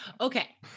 Okay